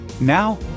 Now